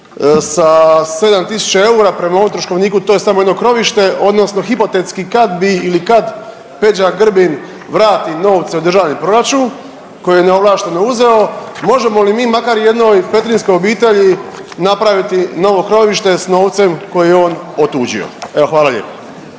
sa 7 tisuća eura, prema ovom troškovniku to je samo jedno krovište odnosno hipotetski kad bi ili kad Peđa Grbin vrati novce u Državni proračun koje je neovlašteno uzeo možemo li mi makar jednoj petrinjskoj obitelji napravi novo krovište s novcem koje je on otuđio. Evo, hvala lijepo.